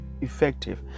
effective